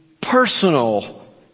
personal